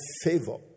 favor